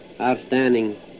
outstanding